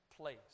place